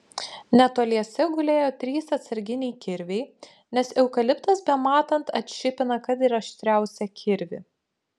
netoliese gulėjo trys atsarginiai kirviai nes eukaliptas bematant atšipina kad ir aštriausią kirvį